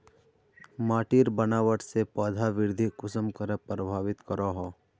माटिर बनावट से पौधा वृद्धि कुसम करे प्रभावित करो हो?